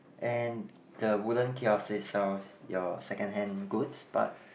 and the wooden kiosk it sells your second hand goods but